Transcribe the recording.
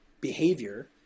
behavior